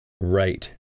Right